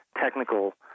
technical